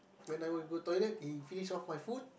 when I will go toilet he finish off my food